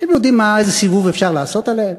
אתם יודעים איזה סיבוב אפשר לעשות עליהם?